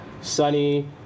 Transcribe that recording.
sunny